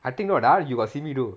I think no that [one] you got see me do